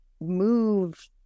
move